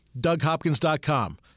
DougHopkins.com